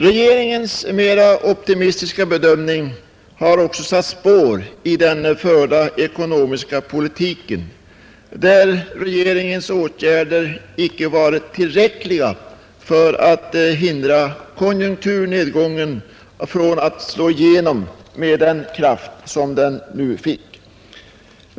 Regeringens mera optimistiska bedömning har också satt spår i den förda ekonomiska politiken, där regeringens åtgärder icke varit tillräckliga för att hindra konjunkturnedgången från att slå igenom med den kraft som den nu fick.